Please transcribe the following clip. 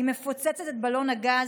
היא מפוצצת את בלון הגז.